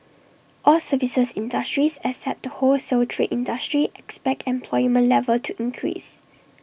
all services industries except the wholesale trade industry expect employment level to increase